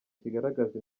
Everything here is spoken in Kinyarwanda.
kigaragaza